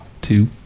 Two